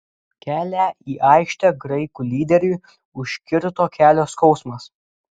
kelią į aikštę graikų lyderiui užkirto kelio skausmas